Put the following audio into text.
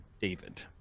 David